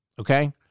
Okay